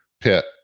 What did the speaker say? pit